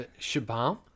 shabam